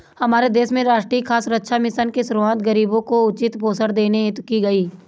हमारे देश में राष्ट्रीय खाद्य सुरक्षा मिशन की शुरुआत गरीबों को उचित पोषण देने हेतु की गई